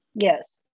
Yes